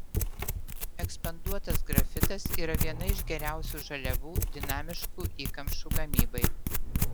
ekspanduotas grafitas yra viena iš geriausių žaliavų dinamiškų įkamšų gamybai